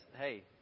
hey